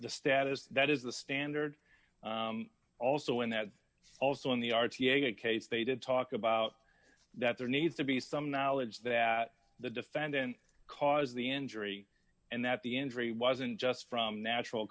the status that is the standard also in that also in the r t a case they did talk about that there needs to be some knowledge that the defendant cause the injury and that the injury wasn't just from natural